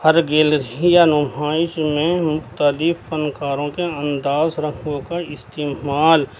ہر gallery یا نمائش میں مختلف فنکاروں کے انداز رکھوں کا استعمال